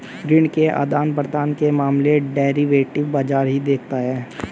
ऋण के आदान प्रदान के मामले डेरिवेटिव बाजार ही देखता है